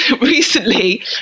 recently